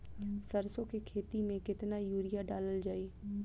सरसों के खेती में केतना यूरिया डालल जाई?